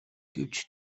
гэвч